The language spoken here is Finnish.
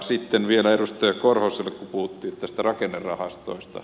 sitten vielä edustaja korhoselle kun puhuttiin näistä rakennerahastoista